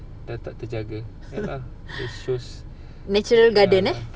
natural garden ah